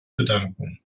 bedanken